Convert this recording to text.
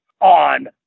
on